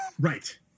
Right